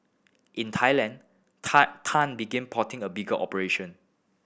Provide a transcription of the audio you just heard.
in Thailand Tan Tan begin plotting a bigger operation